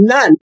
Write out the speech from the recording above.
None